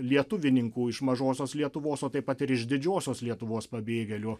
lietuvininkų iš mažosios lietuvos o taip pat ir iš didžiosios lietuvos pabėgėlių